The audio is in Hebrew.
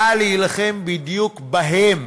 באה להילחם בדיוק בהם